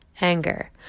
anger